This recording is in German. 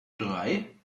drei